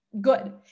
good